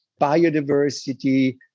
biodiversity